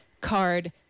Card